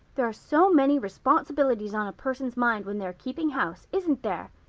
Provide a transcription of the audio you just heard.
there are so many responsibilities on a person's mind when they're keeping house, isn't there?